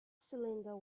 cylinder